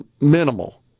minimal